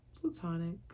Plutonic